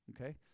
Okay